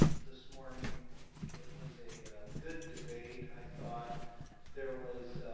this morning it was a good debate. i thought there was